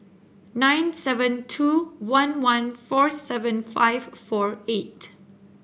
nine seven two one one four seven five four eight